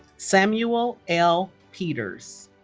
samuel l. peters